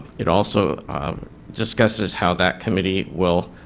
it also discusses how that committee will